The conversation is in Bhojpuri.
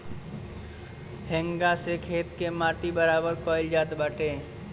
हेंगा से खेत के माटी बराबर कईल जात बाटे